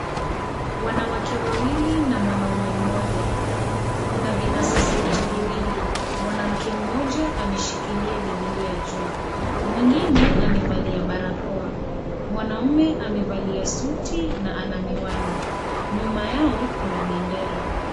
Wanawake wawili na mwanaume mmoja, kuna vinasa sauti viwili. Mwanamke mmoja ameshikilia Biblia juu. Mwingine amevalia barakoa. Mwanaume amevalia suti na ana miwani. Nyuma yao kuna bendera.